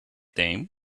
them